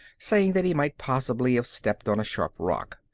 saying that he might possibly have stepped on a sharp rock.